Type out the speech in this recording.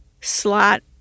slot